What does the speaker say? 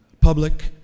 public